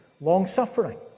long-suffering